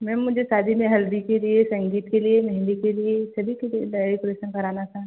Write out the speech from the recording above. ma'am मुझे शादी में हल्दी के लिए संगीत के लिए मेंहदी के लिए सभी के लिए डेकोरेसन कराना था